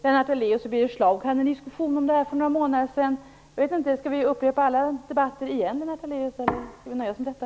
Lennart Daléus och Birger Schlaug hade en diskussion om det här för några månader sedan. Skall vi upprepa alla debatter, Lennart Daléus, eller skall vi nöja oss med detta?